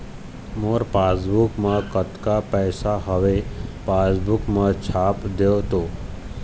मोर passbook मा कतका पैसा हवे पासबुक मा छाप देव तो?